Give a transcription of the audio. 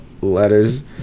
letters